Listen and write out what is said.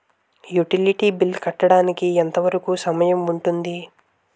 Utility bill కట్టడానికి ఎంత వరుకు సమయం ఉంటుంది?